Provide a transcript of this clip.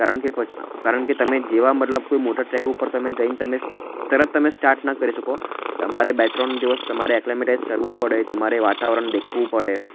કારણકે પછી કારણકે તમે જેવા મતલબ કોઈ મોટા ટ્રેક ઉપર તમે જઈને તમે તરત તમે સ્ટાટ ના કરી શકો તમારે બે ત્રણ દિવસ તમારે એક્લેમેટાઇઝ કરવું પડે તમારે વાતાવરણ દેખવું પડે